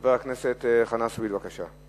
חבר הכנסת חנא סוייד, בבקשה.